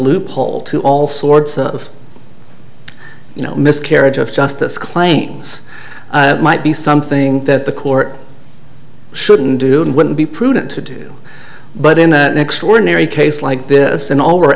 loophole to all sorts of you know miscarriage of justice claims might be something that the court shouldn't do and wouldn't be prudent to do but in the next ordinary case like this and